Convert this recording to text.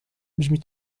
brzmi